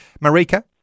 Marika